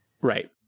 Right